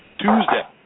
Tuesday